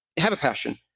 have a passion.